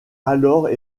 alors